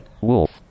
Wolf